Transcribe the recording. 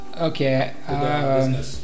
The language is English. Okay